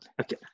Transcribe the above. okay